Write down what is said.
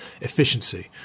efficiency